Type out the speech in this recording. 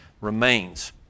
remains